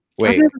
Wait